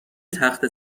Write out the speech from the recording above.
تخته